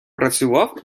працював